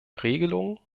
regelungen